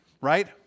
right